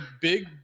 big